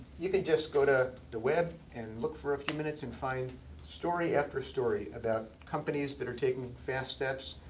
you can just go to the web and look for a few minutes, and find story after story about companies that are taking fast steps,